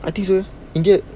I think so india